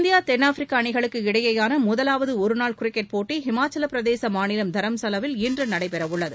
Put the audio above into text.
India தென்னாப்பிரிக்கா அணிகளுக்கு இடையேயான முதலாவது ஒருநாள் கிரிக்கெட் போட்டி ஹிமாச்சலப் பிரதேச மாநிலம் தரம்சாலாவில் இன்று நடைபெறவுள்ளது